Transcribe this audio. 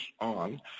on